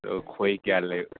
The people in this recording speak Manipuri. ꯑꯗꯨ ꯈꯣꯏ ꯀꯌꯥ ꯂꯩꯒꯦ